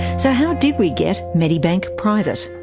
so, how did we get medibank private?